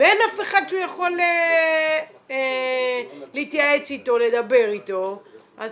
ואין אף אחד שהוא יכול להתייעץ איתו ולדבר איתו אז